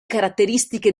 caratteristiche